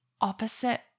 opposite